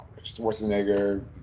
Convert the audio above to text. Schwarzenegger